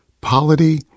polity